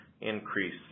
increase